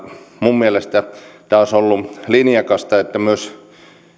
minun mielestäni olisi ollut linjakasta että myös